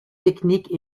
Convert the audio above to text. techniques